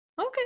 Okay